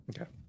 Okay